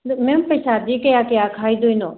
ꯑꯗꯣ ꯃꯦꯝ ꯄꯩꯁꯥꯗꯤ ꯀꯌꯥ ꯀꯌꯥ ꯈꯥꯏꯗꯣꯏꯅꯣ